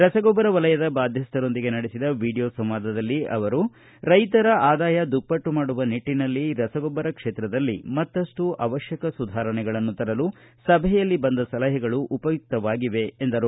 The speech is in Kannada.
ರಸಗೊಬ್ಬರ ವಲಯದ ಬಾಧ್ಯಸ್ಥರೊಂದಿಗೆ ನಡೆಸಿದ ವಿಡಿಯೋ ಸಂವಾದದಲ್ಲಿ ಮಾತನಾಡಿದ ಅವರು ರೈತರ ಆದಾಯ ದುಪ್ಪಟ್ಟು ಮಾಡುವ ನಿಟ್ಟನಲ್ಲಿ ರಸಗೊಬ್ಬರ ಕ್ಷೇತ್ರದಲ್ಲಿ ಮತ್ತಷ್ಟು ಅವಶ್ಯಕ ಸುಧಾರಣೆಗಳನ್ನು ತರಲು ಸಭೆಯಲ್ಲಿ ಬಂದ ಸಲಹೆಗಳು ಉಪಯುಕ್ತವಾಗಿವೆ ಎಂದರು